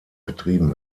betrieben